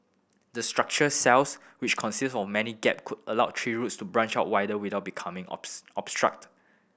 the structure cells which consist of many gap could allow tree roots to branch out wider without becoming opts obstructed